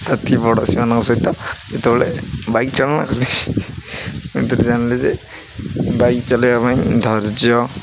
ସାଥି ପଡ଼ୋଶୀମାନଙ୍କ ସହିତ ଯେତେବେଳେ ବାଇକ୍ ଚଳନା କଲି ସେଥିରେ ଜାଣିଲି ଯେ ବାଇକ୍ ଚଲାଇବା ପାଇଁ ଧୈର୍ଯ୍ୟ